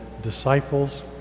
disciples